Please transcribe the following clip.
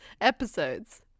Episodes